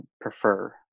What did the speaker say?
prefer